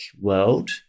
world